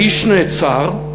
האיש נעצר,